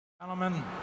Gentlemen